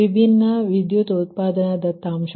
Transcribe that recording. ಅಂದರೆ ವಿಭಿನ್ನ ವಿದ್ಯುತ್ ಉತ್ಪಾದನಾ ದತ್ತಾಂಶ